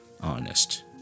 honest